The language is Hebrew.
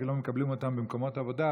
כי לא מקבלים אותם במקומות עבודה,